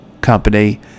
Company